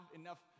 enough